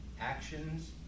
actions